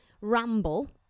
ramble